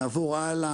נעבור הלאה,